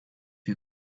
you